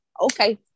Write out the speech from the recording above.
Okay